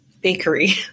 bakery